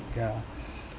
ya